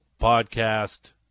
podcast